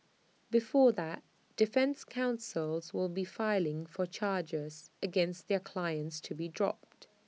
before that defence counsels will be filing for charges against their clients to be dropped